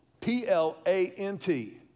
P-L-A-N-T